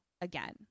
again